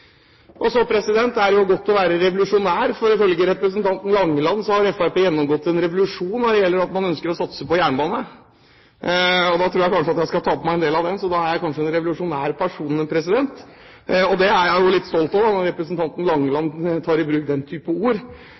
dette. Så er det godt å være revolusjonær. Ifølge representanten Langeland har Fremskrittspartiet gjennomgått en revolusjon når det gjelder ønsket om å satse på jernbane. Jeg tror kanskje jeg skal ta på meg noe av dette, så da er jeg kanskje en revolusjonær person. Jeg er litt stolt når representanten Langeland tar i bruk den type ord,